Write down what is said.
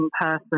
person